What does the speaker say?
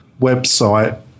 website